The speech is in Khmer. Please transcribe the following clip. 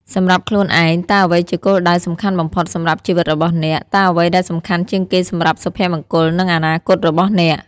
សម្រាប់ខ្លួនឯង តើអ្វីជាគោលដៅសំខាន់បំផុតសម្រាប់ជីវិតរបស់អ្នក? តើអ្វីដែលសំខាន់ជាងគេសម្រាប់សុភមង្គល និងអនាគតរបស់អ្នក?